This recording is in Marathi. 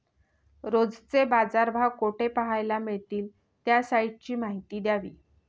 रोजचे बाजारभाव कोठे पहायला मिळतील? त्या साईटची माहिती द्यावी